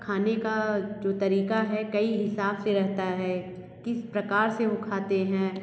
खाने का जो तरीका है कई हिसाब से रहता है किस प्रकार से वो खाते हैं